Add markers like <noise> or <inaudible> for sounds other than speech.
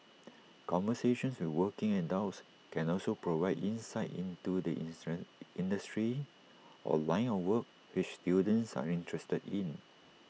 conversations with working adults can also provide insight into the <unintelligible> industry or line of work which students are interested in